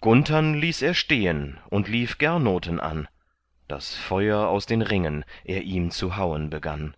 gunthern ließ er stehen und lief gernoten an das feuer aus den ringen er ihm zu hauen begann